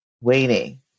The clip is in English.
waiting